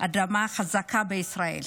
אדמה חזקה בישראל,